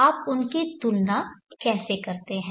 आप उनकी तुलना कैसे करते हैं